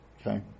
okay